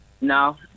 No